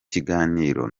kiganiro